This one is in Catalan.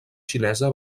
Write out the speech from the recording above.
xinesa